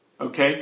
okay